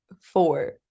four